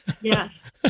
Yes